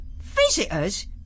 Visitors